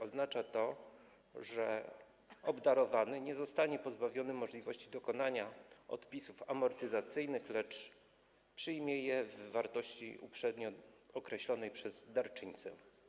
Oznacza to, że obdarowany nie zostanie pozbawiony możliwości dokonania odpisów amortyzacyjnych, lecz przyjmie je w wartości uprzednio określonej przez darczyńcę.